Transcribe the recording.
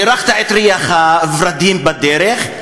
הרחת את ריח הוורדים בדרך,